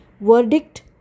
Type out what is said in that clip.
Verdict